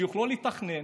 שיוכלו לתכנן